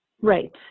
right